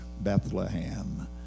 bethlehem